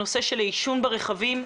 הנושא של העישון ברכבים.